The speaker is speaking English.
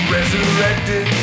Resurrected